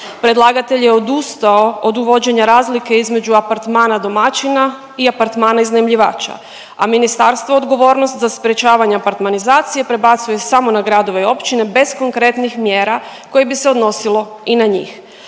Predlagatelj je odustao od uvođenja razlike između apartmana domaćina i apartmana iznajmljivača, a ministarstvo odgovornost za sprječavanje apartmanizacije prebacuje samo na gradove i općine bez konkretnih mjera koje bi se odnosilo i na njih.